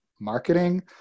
marketing